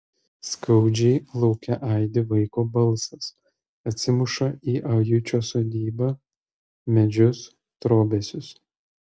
skaudžiai lauke aidi vaiko balsas atsimuša į ajučio sodybą medžius trobesius